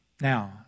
Now